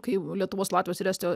kai lietuvos latvijos ir estijo